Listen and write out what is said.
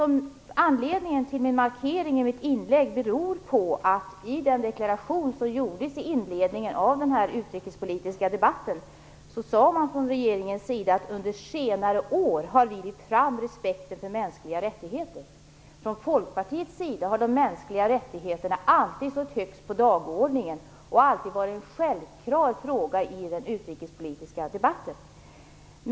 Markeringen i mitt inlägg beror på att i den deklaration som gjordes i inledningen av den här utrikespolitiska debatten sade utrikesministern att regeringen under senare år har drivit fram respekten för mänskliga rättigheter. Från Folkpartiets sida har de mänskliga rättigheterna alltid stått högst på dagordningen och alltid varit en självklar fråga i den utrikespolitiska debatten.